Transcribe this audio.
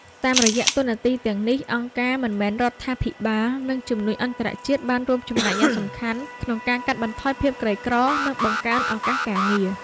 តាមរយៈតួនាទីទាំងនេះ អង្គការមិនមែនរដ្ឋាភិបាល និងជំនួយអន្តរជាតិបានរួមចំណែកយ៉ាងសំខាន់ក្នុងការកាត់បន្ថយភាពក្រីក្រ និងបង្កើនឱកាសការងារ។